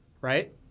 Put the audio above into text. right